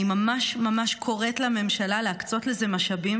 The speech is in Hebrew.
אני ממש-ממש קוראת לממשלה להקצות לזה משאבים